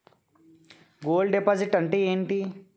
Gold deposit అంతే ఎంటి?